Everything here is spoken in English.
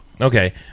Okay